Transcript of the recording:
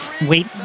wait